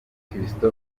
christopher